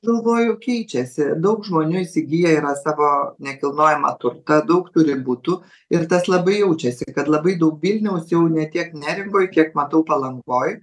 galvoju keičiasi daug žmonių įsigyję yra savo nekilnojamą turtą daug turi butų ir tas labai jaučiasi kad labai daug vilniaus jau ne tiek neringoj kiek matau palangoj